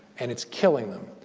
and it's killing them.